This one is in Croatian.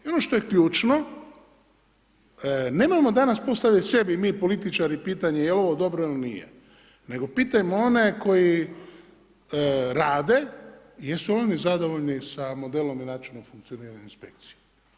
I ono što je ključno, nemojmo danas postavljati sebi mi političari pitanje jel' ovo dobro ili nije nego pitajmo one koji rade i jesu li oni zadovoljni sa modelom i načinom funkcioniranja inspekcija.